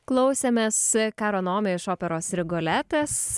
klausėmės karonome iš operos rigoletas